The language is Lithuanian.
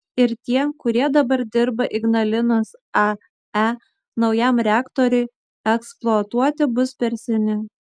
ir tie kurie dabar dirba ignalinos ae naujam reaktoriui eksploatuoti bus per seni